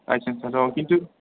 लाइसेन्सा दं किन्तु